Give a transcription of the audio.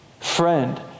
friend